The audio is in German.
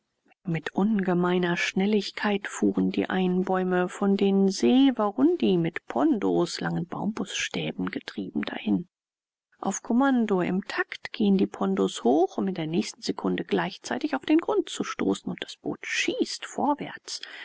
mit ungemeiner schnelligkeit fuhren die einbäume von den seewarundi mit pondos langen bambusstäben getrieben dahin auf kommando im takt gehen die pondos hoch um in der nächsten sekunde gleichzeitig auf den grund zu stoßen und das boot schießt vorwärts